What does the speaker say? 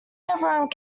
everyone